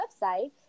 website